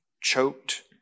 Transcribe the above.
choked